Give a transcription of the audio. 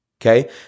Okay